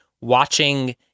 watching